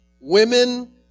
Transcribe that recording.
Women